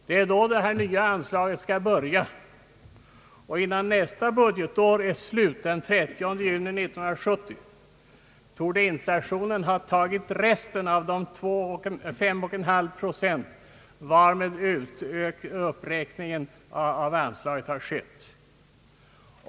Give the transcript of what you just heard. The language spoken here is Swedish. Det är då det nya anslaget skall börja användas, och innan det nya budgetåret är slut 1970, torde inflationen ha tagit resten av de 5,5 procent varmed anslaget räknats upp.